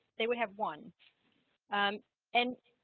they would have one and and